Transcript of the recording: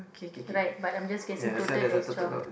right but I'm just guessing total there's twelve